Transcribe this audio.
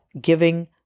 giving